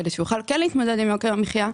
כדי שיוכל להתמודד עם יוקר המחייה,